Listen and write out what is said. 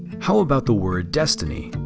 how about the word destiny?